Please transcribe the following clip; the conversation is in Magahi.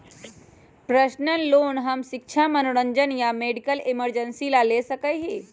पर्सनल लोन हम शिक्षा मनोरंजन या मेडिकल इमरजेंसी ला ले सका ही